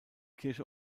kirche